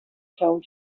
told